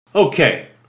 Okay